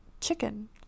chicken